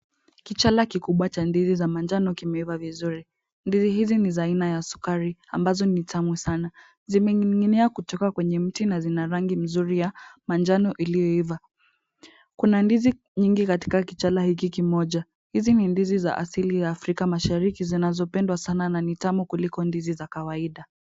Kichala kikubwa cha ndizi za manjano kimeiva vizuri. Ndizi hizi ni za aina ya sukari ambazo ni tamu sana. Zimening'inia kutoka kwenye mti na zina rangi mzuri ya manjano iliyoiva. Kuna ndizi nyingi katika kichala hiki kimoja. Hizi ni ndizi za asili ya Afrika Mashariki zinazopendwa sana na ni tamu kuliko ndizi za kawaida.